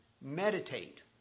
meditate